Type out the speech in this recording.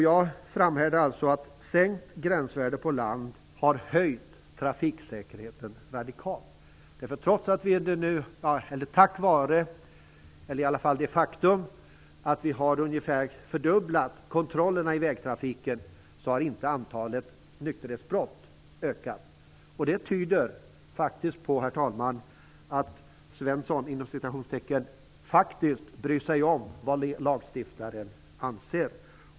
Jag framhärdar alltså i att sänkt gränsvärde på land har höjt trafiksäkerheten radikalt. Vi har ungefär fördubblat kontrollerna i vägtrafiken, men antalet nykterhetsbrott har inte ökat. Det tyder faktiskt på att "Svensson" bryr sig om vad lagstiftaren anser.